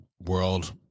world